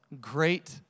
great